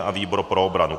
A výbor pro obranu.